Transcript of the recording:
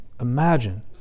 Imagine